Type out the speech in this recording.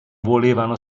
volevano